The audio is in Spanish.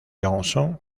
johnson